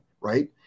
right